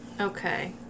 okay